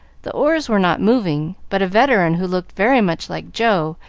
the oars were not moving, but a veteran, who looked very much like joe,